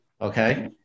Okay